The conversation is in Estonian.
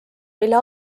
mille